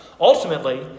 Ultimately